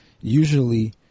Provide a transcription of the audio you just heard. usually